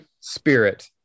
spirit